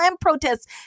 protests